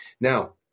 Now